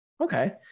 Okay